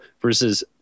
versus